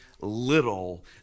little